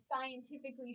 scientifically